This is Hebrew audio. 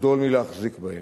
לחדול מלהחזיק בהם.